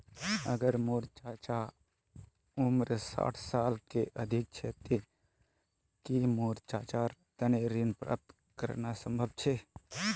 अगर मोर चाचा उम्र साठ साल से अधिक छे ते कि मोर चाचार तने ऋण प्राप्त करना संभव छे?